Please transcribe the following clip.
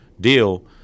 deal